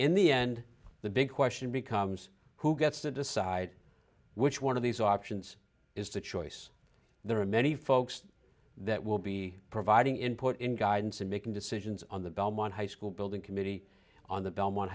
in the end the big question becomes who gets to decide which one of these options is the choice there are many folks that will be providing input in guidance and making decisions on the belmont high school building committee on the belmont